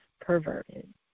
perverted